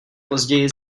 později